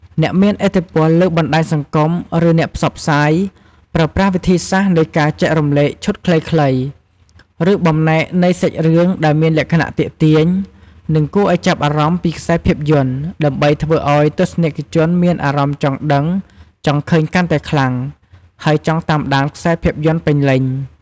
អ្នកមានឥទ្ធិពលលើបណ្ដាញសង្គម ឬអ្នកផ្សព្វផ្សាយ ប្រើប្រាស់វិធីសាស្រ្តនៃការចែករំលែកឈុតខ្លីៗ ឬបំណែកនៃសាច់រឿងដែលមានលក្ខណៈទាក់ទាញ និងគួរឱ្យចាប់អារម្មណ៍ពីខ្សែភាពយន្ត ដើម្បីធ្វើឱ្យទស្សនិកជនមានអារម្មណ៍ចង់ដឹងចង់ឃើញកាន់តែខ្លាំង ហើយចង់តាមដានខ្សែភាពយន្តពេញលេញ។